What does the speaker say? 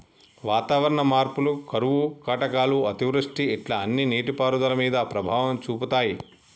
వాతావరణ మార్పులు కరువు కాటకాలు అతివృష్టి ఇట్లా అన్ని నీటి పారుదల మీద ప్రభావం చూపితాయ్